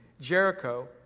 Jericho